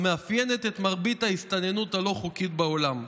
המאפיינת את מרבית ההסתננות הלא-חוקית בעולם.